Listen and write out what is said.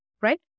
right